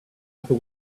upper